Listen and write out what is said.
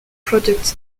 product